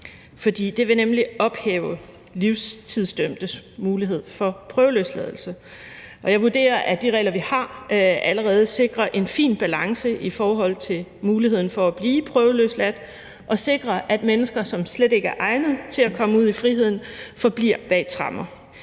det vil nemlig ophæve livstidsdømtes mulighed for prøveløsladelse. Og jeg vurderer, at de regler, vi har, allerede sikrer en fin balance i forhold til muligheden for at blive prøveløsladt og sikre, at mennesker, som slet ikke er egnet til at komme ud i friheden, forbliver bag tremmer.